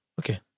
Okay